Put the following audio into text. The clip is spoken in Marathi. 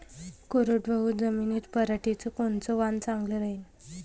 कोरडवाहू जमीनीत पऱ्हाटीचं कोनतं वान चांगलं रायीन?